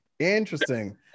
Interesting